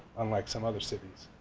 unlike some other cities.